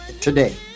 today